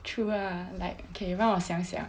true lah like okay 让我想一想